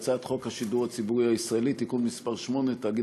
מטעם הממשלה: הצעת חוק השידור הישראלי (תיקון מס' 8) (תאגיד